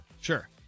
sure